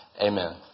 Amen